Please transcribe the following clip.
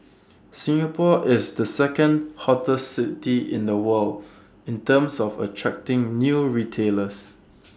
Singapore is the second hottest city in the world in terms of attracting new retailers